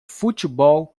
futebol